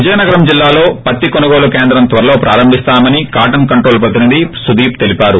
విజయనగరం జిల్లాలో పత్తి కొనుగోలు కేంద్రం త్వరలో ప్రారంభిస్తామని కాటన్ కంట్రోల్ ప్రతినిధి సుదీప్ తెలిపారు